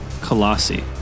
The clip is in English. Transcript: Colossi